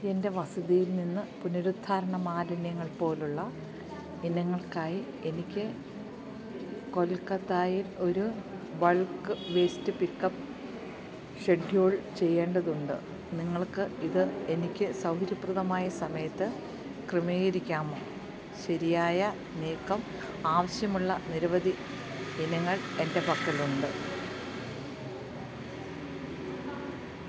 എൻറ്റെ വസതിയിൽ നിന്ന് പുനരുദ്ധാരണ മാലിന്യങ്ങൾ പോലുള്ള ഇനങ്ങൾക്കായി എനിക്ക് കൊൽക്കത്തായിൽ ഒരു ബൾക്ക് വേയ്സ്റ്റ് പിക്കപ്പ് ഷെഡ്യൂൾ ചെയ്യേണ്ടതുണ്ട് നിങ്ങൾക്ക് ഇതെനിക്ക് സൗകര്യപ്രദമായ സമയത്ത് ക്രമീകരിക്കാമോ ശരിയായ നീക്കം ആവശ്യമുള്ള നിരവധി ഇനങ്ങൾ എൻറ്റെ പക്കലുണ്ട്